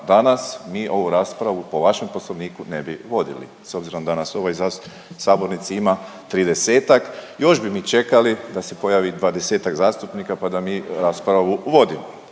danas mi ovu raspravu po vašem Poslovniku ne bi vodili, s obzirom da nas u sabornici ima 30-ak, još bi mi čekali da se pojavi 20-ak zastupnika pa da mi raspravu vodimo.